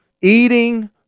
eating